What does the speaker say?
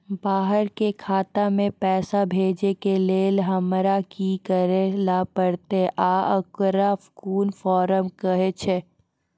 बाहर के खाता मे पैसा भेजै के लेल हमरा की करै ला परतै आ ओकरा कुन फॉर्म कहैय छै?